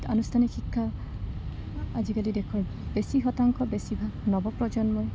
আনুষ্ঠানিক শিক্ষা আজিকালি দেশৰ বেছি শতাংশ বেছিভাগ নৱপ্ৰজন্মই